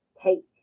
take